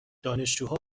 دانشجوها